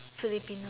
Filip